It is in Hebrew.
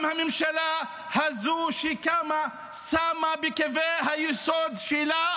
גם הממשלה הזו שקמה שמה בקווי היסוד שלה